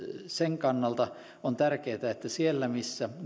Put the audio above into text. sen kannalta on tärkeätä että siellä missä